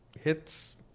hits